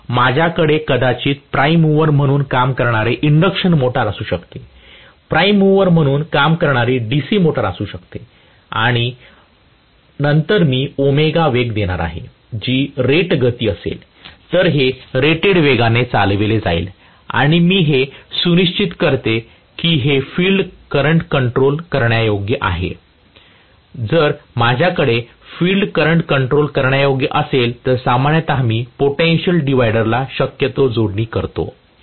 म्हणून माझ्याकडे कदाचित प्राइम मूवर म्हणून काम करणारे इंडक्शन मोटर असू शकते प्राइम मूवर म्हणून काम करणारी डीसी मोटर असू शकते आणि नंतर मी 'ω' वेग देणार आहे जी रेट गती असेल तर हे रेटेड वेगाने चालवले जाईल आणि मी हे सुनिश्चित करते की हे फील्ड करंट कंट्रोल करण्यायोग्य आहे जर माझ्याकडे फील्ड करंट कंट्रोल करण्यायोग्य असेल तर सामान्यतः मी पोटेन्शियल डिव्हायडर ला शक्यतो जोडणी करतो